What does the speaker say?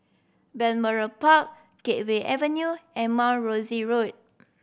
Balmoral Park Gateway Avenue and Mount Rosie Road